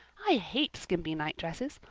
i hate skimpy night-dresses.